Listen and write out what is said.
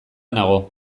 nago